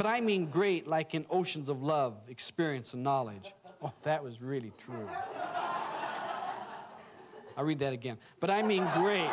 but i mean great like in oceans of love experience and knowledge that was really true i read it again but i mean very